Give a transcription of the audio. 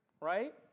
right